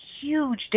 huge